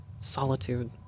solitude